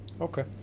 Okay